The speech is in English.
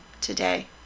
today